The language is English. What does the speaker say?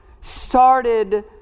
started